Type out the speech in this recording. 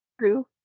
True